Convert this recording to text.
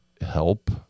help